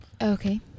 Okay